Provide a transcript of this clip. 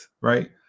right